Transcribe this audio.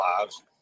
lives